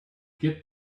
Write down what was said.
get